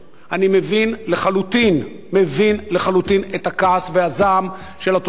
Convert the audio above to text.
אני מבין לחלוטין את הכעס והזעם של התושבים